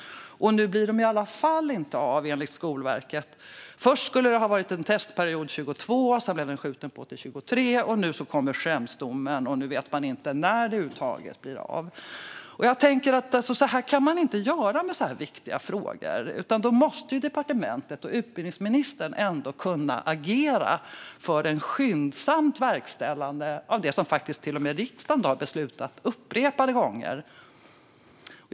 Och nu blir det i alla fall inte av, enligt Skolverket. Först skulle det ha varit en testperiod 2022. Sedan blev den skjuten på till 2023, och nu kom Schremsdomen. Nu vet man inte när det över huvud taget blir av. Så här kan man inte göra med så här viktiga frågor. Departementet och utbildningsministern måste kunna agera för ett skyndsamt verkställande av det som riksdagen till och med upprepade gånger har beslutat.